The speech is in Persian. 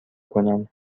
کنم